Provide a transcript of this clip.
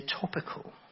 topical